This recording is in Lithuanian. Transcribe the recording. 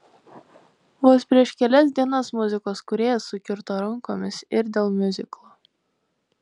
vos prieš kelias dienas muzikos kūrėjas sukirto rankomis ir dėl miuziklo